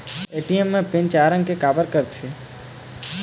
ATM PIN चार अंक के का बर करथे?